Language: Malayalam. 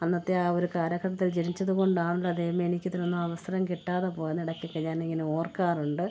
അന്നത്തെ ആ ഒരു കാലഘട്ടത്തിൽ ജനിച്ചത് കൊണ്ടാണല്ലോ ദൈവമേ എനിക്കിതിനൊന്നും അവസരം കിട്ടാതെ പോയത് ഇടക്കൊക്കെ ഞാനിങ്ങനെ ഓർക്കാറുണ്ട്